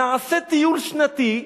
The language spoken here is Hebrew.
נעשה טיול שנתי,